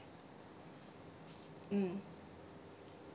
mm